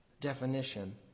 definition